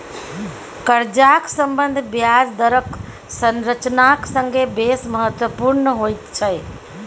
कर्जाक सम्बन्ध ब्याज दरक संरचनाक संगे बेस महत्वपुर्ण होइत छै